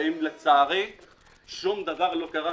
לצערי שום דבר לא קרה,